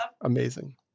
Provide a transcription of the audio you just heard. amazing